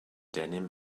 denim